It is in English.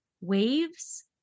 waves